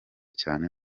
cyane